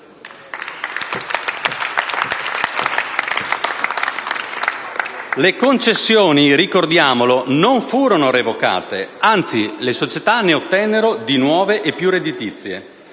Le concessioni, ricordiamolo, non furono revocate, anzi le società ne ottennero di nuove e più redditizie.